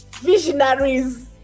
visionaries